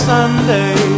Sunday